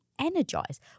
Energize